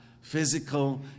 physical